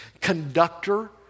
Conductor